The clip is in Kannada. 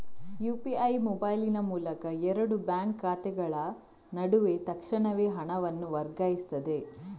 ಯು.ಪಿ.ಐ ಮೊಬೈಲಿನ ಮೂಲಕ ಎರಡು ಬ್ಯಾಂಕ್ ಖಾತೆಗಳ ನಡುವೆ ತಕ್ಷಣವೇ ಹಣವನ್ನು ವರ್ಗಾಯಿಸ್ತದೆ